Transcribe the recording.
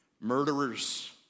Murderers